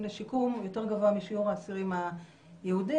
לשיקום יותר גבוה משיעור האסירים היהודים,